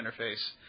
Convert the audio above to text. interface